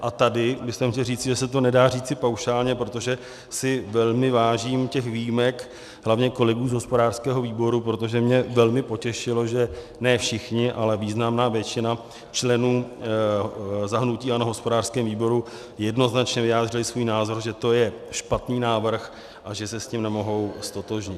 A tady bych chtěl říci, že se to nedá říci paušálně, protože si velmi vážím těch výjimek, hlavně kolegů z hospodářského výboru, protože mě velmi potěšilo, že ne všichni, ale významná většina členů za hnutí ANO v hospodářském výboru jednoznačně vyjádřila svůj názor, že to je špatný návrh a že se s tím nemohou ztotožnit.